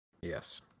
Yes